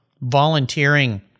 volunteering